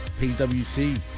PwC